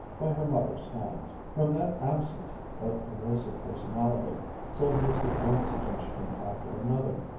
by her mother's hands. from that absent but pervasive personality sylvia took one suggestion after another.